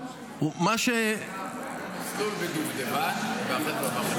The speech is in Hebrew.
הוא היה במסלול בדובדבן, ואחרי זה הוא עבר לחרוב.